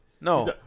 No